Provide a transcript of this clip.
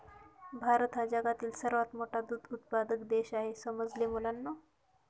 भारत हा जगातील सर्वात मोठा दूध उत्पादक देश आहे समजले मुलांनो